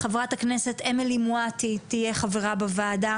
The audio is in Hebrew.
חברת הכנסת אמילי מועטי תהיה חברה בוועדה